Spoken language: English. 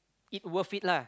it worth it lah